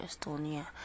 Estonia